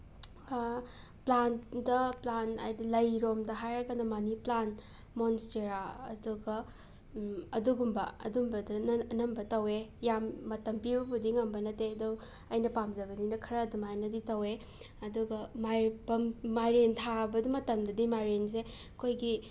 ꯄ꯭ꯂꯥꯟꯗ plan ꯍꯥꯏꯗꯤ ꯂꯩꯂꯣꯝꯗ ꯍꯥꯏꯔꯒꯅ ꯃꯅꯤ ꯄ꯭ꯂꯥꯟ ꯃꯣꯟꯁꯇꯦꯔꯥ ꯑꯗꯨꯒ ꯑꯗꯨꯒꯨꯝꯕ ꯑꯗꯨꯝꯕꯗꯅ ꯑꯅꯝꯕ ꯇꯧꯋꯦ ꯌꯥꯝ ꯃꯇꯝ ꯄꯤꯕꯕꯨꯗꯤ ꯉꯝꯕ ꯅꯠꯇꯦ ꯑꯗꯨ ꯑꯩꯅ ꯄꯥꯝꯖꯕꯅꯤꯅ ꯈꯔ ꯑꯗꯨꯃꯥꯏꯅꯗꯤ ꯇꯧꯋꯦ ꯑꯗꯨꯒ ꯃꯥꯏꯔꯦꯟ ꯊꯥꯕ ꯃꯇꯝꯗꯗꯤ ꯃꯥꯏꯔꯦꯟꯁꯦ ꯑꯩꯈꯣꯏꯒꯤ